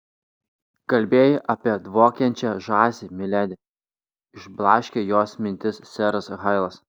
kalbėjai apie dvokiančią žąsį miledi išblaškė jos mintis seras hailas